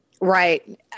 Right